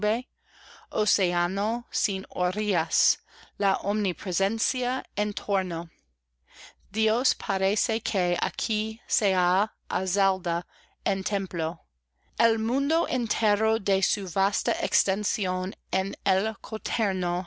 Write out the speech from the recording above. de nube océano sin orillas la omnipresencia en torno dios parece que aquí se ha alzado un templo el mundo entero de su vasta extensión en